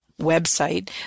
website